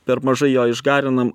per mažai jo išgarinam